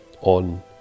on